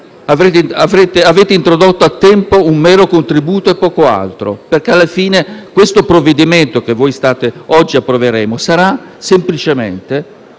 Avete introdotto a tempo un mero contributo e poco altro, perché alla fine questo provvedimento che a breve approveremo - che voi dite